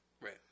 Right